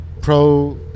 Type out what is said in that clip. pro